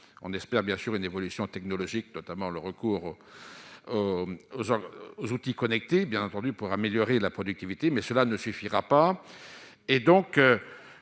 on espère bien sûr une évolution technologique, notamment le recours aux outils connectés, bien entendu, pour améliorer la productivité, mais cela ne suffira pas